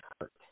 hurt